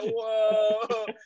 whoa